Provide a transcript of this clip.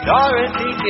Dorothy